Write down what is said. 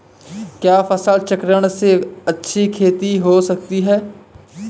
क्या फसल चक्रण से अच्छी खेती हो सकती है?